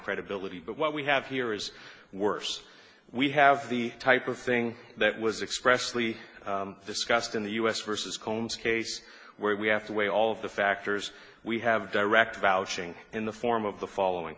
credibility but what we have here is worse we have the type of thing that was expressed lee discussed in the u s versus combs case where we have to weigh all of the factors we have direct vouching in the form of the following